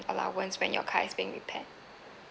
allowance when your car is being repaired